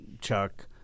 chuck